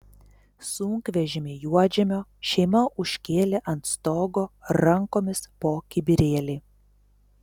sunkvežimį juodžemio šeima užkėlė ant stogo rankomis po kibirėlį